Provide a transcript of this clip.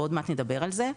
ועוד מעט נדבר על זה,